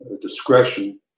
Discretion